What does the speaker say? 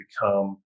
become